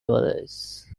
always